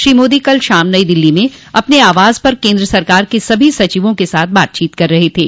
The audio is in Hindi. श्री मोदी कल शाम नई दिल्ली में अपने आवास पर केन्द्र सरकार के सभी सचिवों के साथ बातचीत कर रहे थे